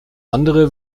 andere